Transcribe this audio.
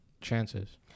chances